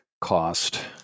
cost